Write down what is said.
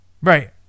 Right